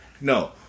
No